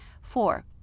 four